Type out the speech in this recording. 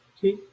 Okay